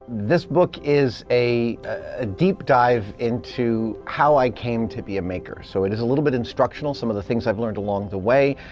this book is a a deep dive into how i came to be a maker. so it is a little bit instructional, some of the things that i've learned along the way,